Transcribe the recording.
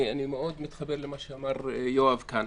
אני מתחבר למה שאמר חבר הכנסת יואב סגלוביץ' כאן.